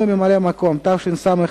התשס"ז 2007,